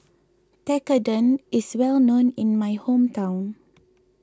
Tekkadon is well known in my hometown